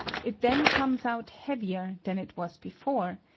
it then comes out heavier than it was before,